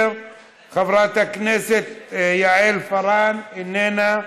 חברת הכנסת יעל פארן, איננה,